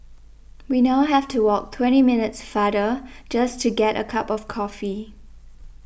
we now have to walk twenty minutes farther just to get a cup of coffee